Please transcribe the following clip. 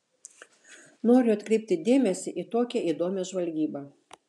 noriu atkreipti dėmesį į tokią įdomią žvalgybą